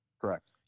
Correct